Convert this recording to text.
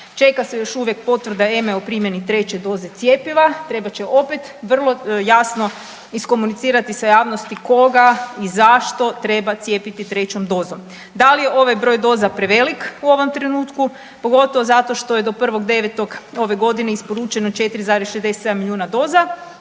čeka se još uvijek potvrda EMA-e o primjeni treće doze cjepiva, trebat će opet vrlo jasno iskomunicirati sa javnosti koga i zašto treba cijepiti trećom dozom. Da li je ovaj broj doza prevelik u ovom trenutku, pogotovo zato što je do 1.9. ove godine isporučeno 4,67 milijuna doza,